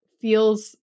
feels